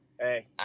Hey